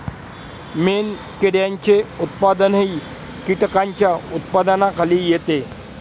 मेणकिड्यांचे उत्पादनही कीटकांच्या उत्पादनाखाली येते